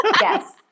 Yes